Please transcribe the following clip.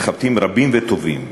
מתחבטים רבים וטובים.